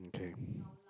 okay